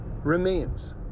remains